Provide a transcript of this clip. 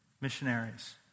missionaries